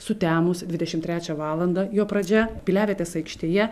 sutemus dvidešimt trečią valandą jo pradžia piliavietės aikštėje